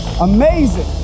Amazing